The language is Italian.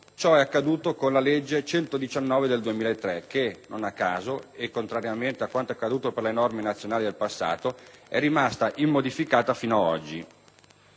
Ciò è accaduto con la legge n. 119 del 2003 che, non a caso e contrariamente a quanto accaduto per le norme nazionali del passato, è rimasta invariata fino ad oggi.